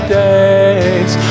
days